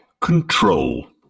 control